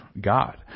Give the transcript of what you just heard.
God